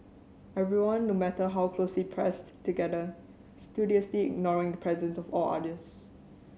everyone no matter how closely pressed together studiously ignoring the presence of all others